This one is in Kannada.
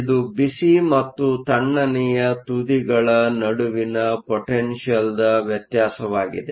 ಇದು ಬಿಸಿ ಮತ್ತು ತಣ್ಣನೆಯ ತುದಿಗಳ ನಡುವಿನ ಪೊಟೆನ್ಷಿಯಲ್ Potential ವ್ಯತ್ಯಾಸವಾಗಿದೆ